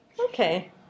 Okay